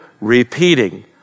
repeating